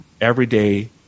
everyday